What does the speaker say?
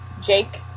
Jake